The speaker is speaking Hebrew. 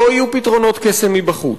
לא יהיו פתרונות קסם מבחוץ.